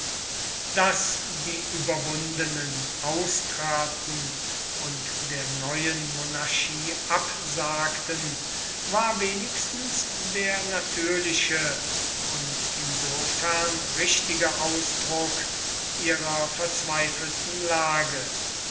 daß die überwundenen austraten und der neuen monarchie absagten war wenigstens der natürliche und insofern richtigste ausdruck ihrer verzweifelten lage